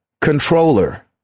controller